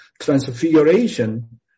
transfiguration